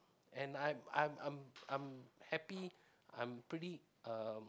and I'm I'm I'm I'm happy I'm pretty uh